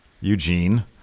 eugene